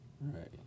Right